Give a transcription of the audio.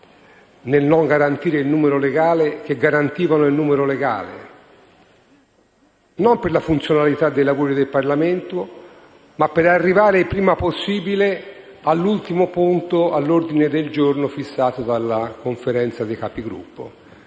nel non garantire il numero legale che invece lo garantivano, non per la funzionalità dei lavori del Parlamento, ma per arrivare il prima possibile all'ultimo punto dell'ordine del giorno stabilito dalla Conferenza dei Capigruppo,